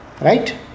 Right